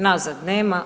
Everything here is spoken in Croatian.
Nazad nema.